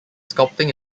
sculpting